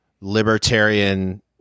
libertarian